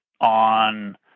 on